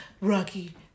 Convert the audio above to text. Rocky